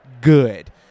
good